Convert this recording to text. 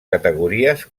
categories